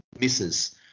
misses